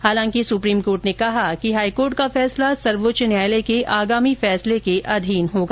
हालांकि supreme court ने कहा कि हाईकोर्ट का फैसला सर्वोच्च न्यायालय के आगामी फैसले के अधीन होगा